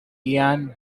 ian